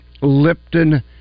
Lipton